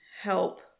help